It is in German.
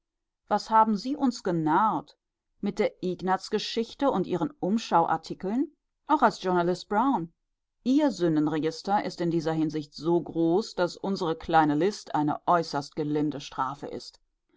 was haben sie uns genarrt mit der ignazgeschichte und mit ihren umschau artikeln auch als journalist brown ihr sündenregister ist in dieser hinsicht so groß daß unsere kleine list eine äußerst gelinde strafe ist